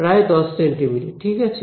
প্রায় 10 সেন্টিমিটার ঠিক আছে